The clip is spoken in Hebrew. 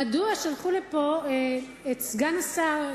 מדוע שלחו לפה את סגן השר,